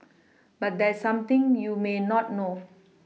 but there's something you may not know